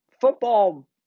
football